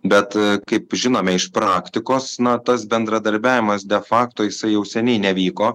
bet kaip žinome iš praktikos na tas bendradarbiavimas de fakto jisai jau seniai nevyko